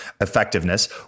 effectiveness